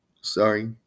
sorry